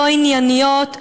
לא ענייניות,